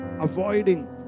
avoiding